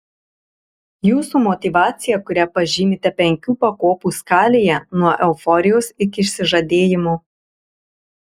jūsų motyvacija kurią pažymite penkių pakopų skalėje nuo euforijos iki išsižadėjimo